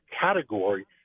category